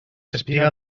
espiga